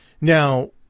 Now